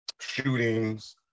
shootings